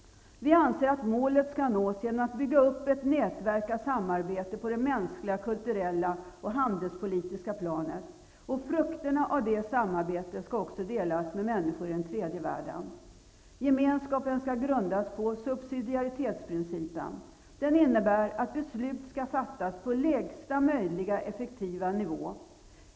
Vi anser att målet skall nås genom att man skall bygga upp ett nätverk av samarbete på det mänskliga, kulturella och handelspolitiska planet. Frukterna av det samarbetet skall även delas med människor i den tredje världen. Gemenskapen skall grundas på subsidiaritetsprincipen. Den innebär att beslut skall fattas på lägsta möjliga effektiva nivå.